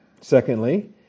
secondly